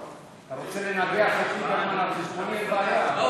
אתה רוצה לנגח את ליברמן על חשבוני, אין בעיה.